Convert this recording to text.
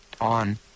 on